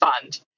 fund